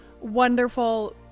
wonderful